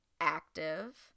active